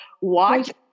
Watch